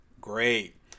great